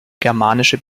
germanische